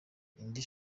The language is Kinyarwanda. indi